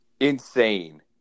insane